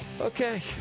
Okay